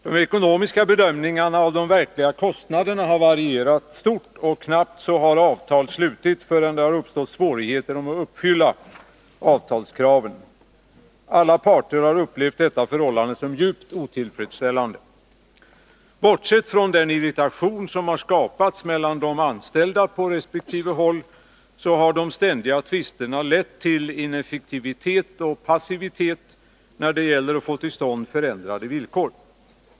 De ekonomiska bedömningarna av de verkliga kostnaderna har varierat stort, och knappt har avtal slutits förrän det har uppstått svårigheter att uppfylla avtalskraven. Alla parter har upplevt detta förhållande som djupt otillfredsställande. Bortsett från den irritation som har skapats mellan de anställda på resp. håll, så har de ständiga tvisterna lett till ineffektivitet och passivitet när det gäller att få till stånd förändrade villkor.